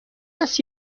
است